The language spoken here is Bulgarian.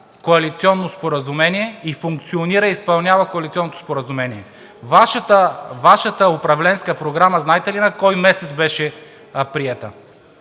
коалиционно споразумение и функционира и изпълнява коалиционното споразумение. Вашата управленска програма знаете ли на кой месец беше приета